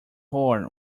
horn